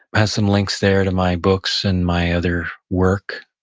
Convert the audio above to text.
have some links there to my books and my other work,